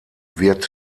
wird